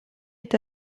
est